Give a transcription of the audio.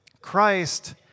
Christ